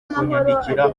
kunyandikira